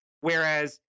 Whereas